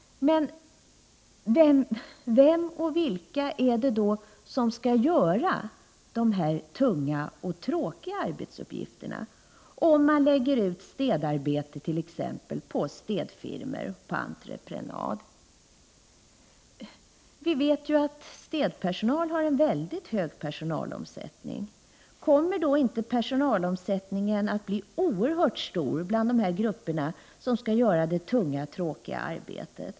Men vem eller vilka är det då som skall göra de tunga och tråkiga arbetsuppgifterna, om man lägger ut t.ex. städarbetet på entreprenad 29 hos städfirmor? Vi vet att städfirmorna har en väldigt hög personalomsättning. Kommer då inte personalomsättningen att bli oerhört stor bland de grupper som skall göra det tunga och tråkiga arbetet?